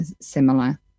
similar